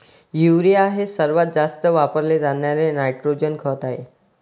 urea हे सर्वात जास्त वापरले जाणारे नायट्रोजन खत आहे